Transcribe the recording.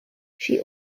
she